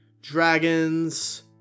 dragons